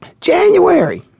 January